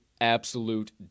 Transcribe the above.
absolute